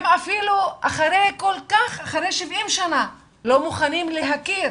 הם אפילו אחרי 70 שנה לא מוכנים להכיר